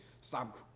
stop